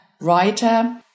writer